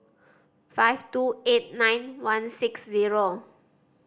five two eight nine one six zero